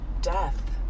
death